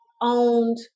owned